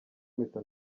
mpita